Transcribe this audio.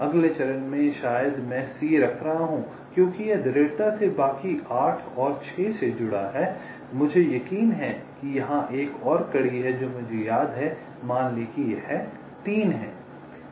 अगले चरण में शायद मैं C रख रहा हूं क्योंकि यह दृढ़ता से बाकी 8 और 6 से जुड़ा हुआ है मुझे यकीन है कि यहां एक और कड़ी है जो मुझे याद है मान लें कि यह 3 है